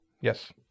Yes